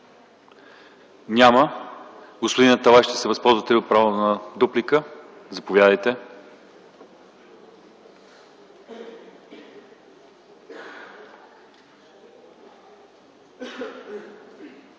Няма. Господин Аталай, ще се възползвате ли от правото си на дуплика? Заповядайте.